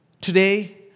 Today